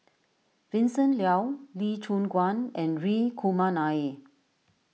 Vincent Leow Lee Choon Guan and Hri Kumar Nair